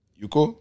yuko